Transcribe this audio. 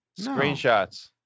Screenshots